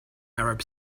arab